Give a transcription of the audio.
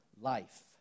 life